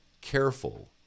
careful